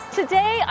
today